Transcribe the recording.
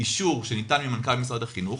שניתן ממנכ"ל משרד החינוך,